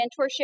mentorship